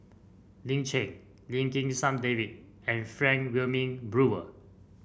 Lin Chen Lim Kim San David and Frank Wilmin Brewer